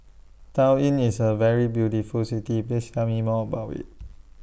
Tallinn IS A very beautiful City Please Tell Me More about IT